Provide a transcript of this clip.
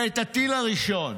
ואת הטיל הראשון,